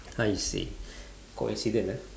I see coincidence ah